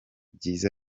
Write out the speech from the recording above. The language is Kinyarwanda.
byiza